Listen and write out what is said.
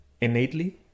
innately